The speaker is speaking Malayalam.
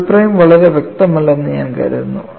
ഡബിൾ പ്രൈം വളരെ വ്യക്തമല്ലെന്ന് ഞാൻ കരുതുന്നു